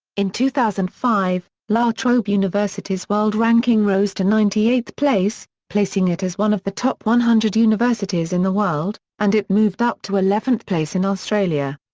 in two thousand and five, la trobe university's world ranking rose to ninety eighth place, placing it as one of the top one hundred universities in the world, and it moved up to eleventh place in australia.